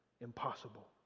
impossible